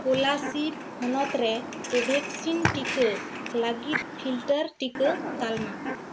ᱠᱚᱞᱟᱥᱤᱵ ᱦᱚᱱᱚᱛ ᱨᱮ ᱠᱳᱵᱷᱮᱠᱥᱤᱱ ᱴᱤᱠᱟ ᱞᱟ ᱜᱤᱫ ᱯᱷᱤᱞᱴᱟᱨ ᱴᱤᱠᱟ ᱛᱟᱞᱢᱟ